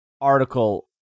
article